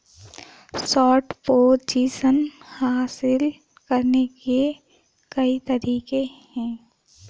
short position हासिल करने के कई तरीके हैं